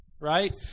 right